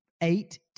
eight